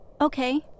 Okay